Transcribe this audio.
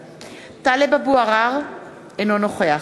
(קוראת בשמות חברי הכנסת) טלב אבו עראר, אינו נוכח